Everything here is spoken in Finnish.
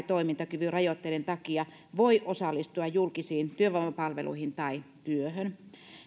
toimintakyvyn rajoitteiden takia voi osallistua julkisiin työvoimapalveluihin tai työhön